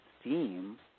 steam